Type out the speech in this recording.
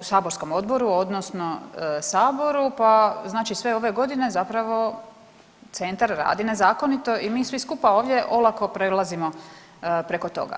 saborskom odboru odnosno Saboru pa znači sve ove godine zapravo centar radi nezakonito i mi svi skupa ovdje olako prelazimo preko toga.